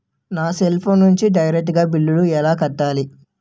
నా cell phone నుంచి direct గా బిల్లు ఎలా కట్టాలి?